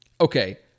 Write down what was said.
Okay